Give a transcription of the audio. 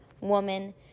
woman